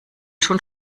schon